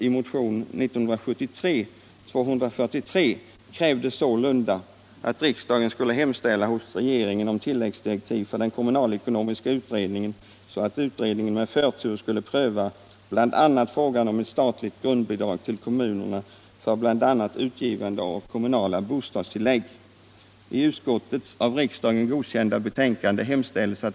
Ännu har, såvitt jag vet, inget resultat framkommit av detta.